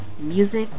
Music